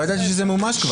לא הבנתי,